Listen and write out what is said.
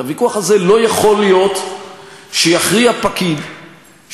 את הוויכוח הזה לא יכול להיות שיכריע פקיד שישב